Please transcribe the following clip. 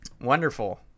wonderful